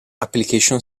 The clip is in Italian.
application